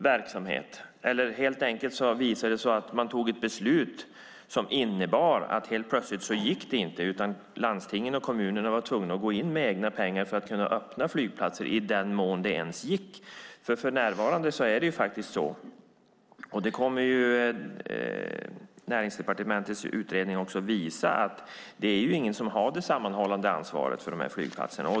Nu har man fattat ett beslut som innebar att landstingen och kommunerna var tvungna att gå in med egna pengar för att kunna öppna flygplatser i den mån det ens gick. För närvarande är det faktiskt så, och det kommer Näringsdepartementets utredning också att visa, att det inte finns någon som har det sammanhållande ansvaret för de här flygplatserna.